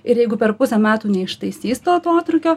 ir jeigu per pusę metų neištaisys to atotrūkio